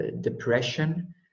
depression